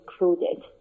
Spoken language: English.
included